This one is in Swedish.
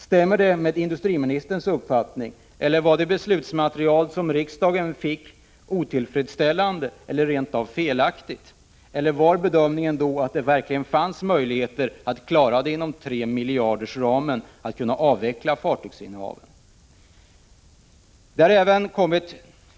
Stämmer det med industriministerns uppfattning, eller var det beslutsmaterial som riksdagen fick otillfredsställande eller rent av felaktigt? Eller var bedömningen då den att det verkligen fanns möjligheter för Zenit att inom 3-miljardersramen kunna avveckla fartygsinnehaven?